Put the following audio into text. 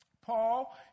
Paul